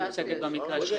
במקרה שלנו.